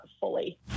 fully